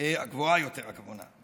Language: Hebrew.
גבוהה יותר, הכוונה.